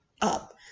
up